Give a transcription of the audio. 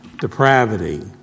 depravity